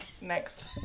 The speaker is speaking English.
next